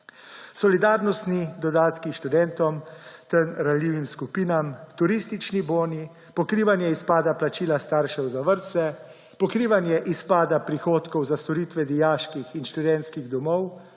solidarnostni dodatki študentom ter ranljivim skupinam, turistični boni, pokrivanje izpada plačila staršev za vrtce, pokrivanje izpada prihodkov za storitve dijaških in študentskih domov,